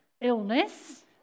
illness